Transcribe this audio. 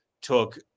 took